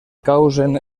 causen